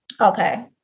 Okay